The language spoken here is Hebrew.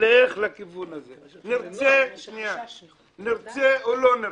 ילך לכיוון הזה, נרצה או לא נרצה.